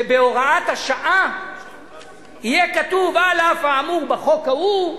ובהוראת השעה יהיה כתוב: על אף האמור בחוק ההוא,